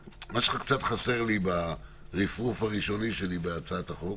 חסר לי ברפרוף הראשוני שלי בהצעת החוק